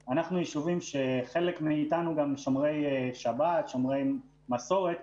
חלק מאתנו גם שומרי שבת, שומרי מסורת,